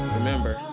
Remember